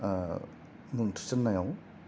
मुं थिसननायाव